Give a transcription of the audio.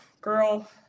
Girl